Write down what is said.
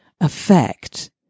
affect